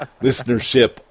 listenership